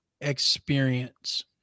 experience